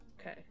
Okay